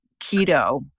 keto